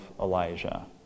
Elijah